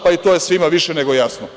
Pa, to je svima više nego jasno.